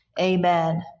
Amen